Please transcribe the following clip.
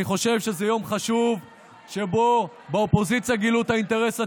אני חושב שזה יום חשוב שבו באופוזיציה גילו את האינטרס הציוני,